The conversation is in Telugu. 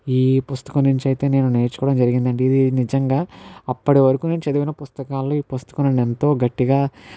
ఈ పుస్తకం నుంచి అయితే నేను నేర్చుకోవడం జరిగింది అండి ఇది నిజంగా అప్పటి వరకు నేను చదివిన పుస్తకాలలో ఈ పుస్తకం నన్ను ఎంతో గట్టిగా